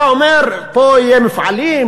אתה אומר: פה יהיו מפעלים,